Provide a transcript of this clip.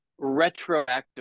retroactively